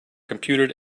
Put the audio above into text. computed